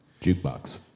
Jukebox